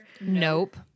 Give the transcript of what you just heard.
Nope